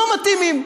לא מתאימים.